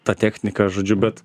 ta technika žodžiu bet